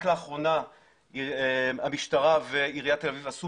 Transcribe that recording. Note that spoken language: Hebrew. רק לאחרונה המשטרה ועיריית תל אביב עשו